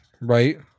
right